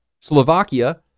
slovakia